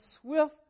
swift